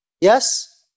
yes